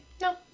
No